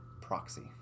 proxy